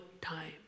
time